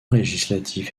législatif